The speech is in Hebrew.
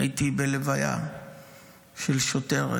הייתי בלוויה של שוטרת